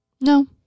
No